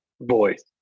voice